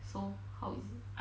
so how is it